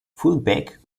fullback